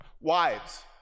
Wives